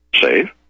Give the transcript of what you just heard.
save